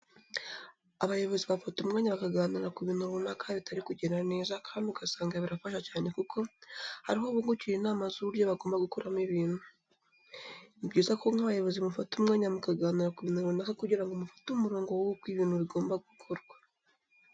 Abayobozi bafata umwanya bakaganira ku bintu runaka bitari kugenda neza kandi ugasanga birafasha cyane kuko ari ho bungukira inama z'uburyo bagomba gukoramo ibintu. Ni byiza ko nk'abayobozi mufata umwanya mukaganira ku bintu runaka kugira ngo mufate umurongo wuko ibintu bigomba gukorwa.